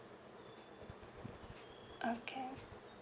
okay